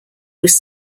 was